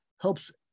helps